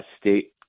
state